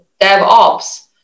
DevOps